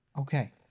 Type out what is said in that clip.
Okay